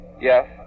Yes